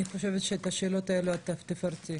אני חושבת שבשאלות האלה את תפרטי,